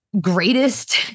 greatest